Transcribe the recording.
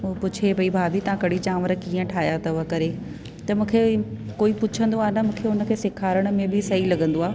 उहा पुछे पई भाभी तां कड़ी चांवर कीअं ठाहिया अथव करे त मूंखे कोई पुछंदो आहे न मूंखे हुनखे सेखारण में बि सही लॻंदो आ्हे